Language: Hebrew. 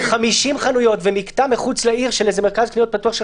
5-0 חנויות ומקטע מחוץ לעיר של מרכז קניות פתוח של